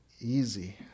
easy